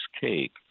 cake